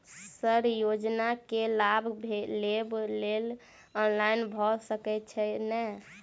Sir योजना केँ लाभ लेबऽ लेल ऑनलाइन भऽ सकै छै नै?